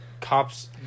cops